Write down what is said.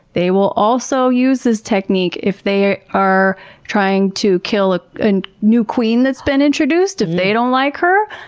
they will also use this technique if they are are trying to kill a and new queen that's been introduced. if they don't like her,